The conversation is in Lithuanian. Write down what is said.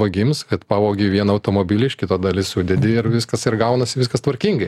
vagims kad pavogi vieną automobilį iš kito dalis sudedi ir viskas ir gaunasi viskas tvarkingai